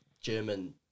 German